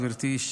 גברתי,